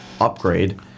upgrade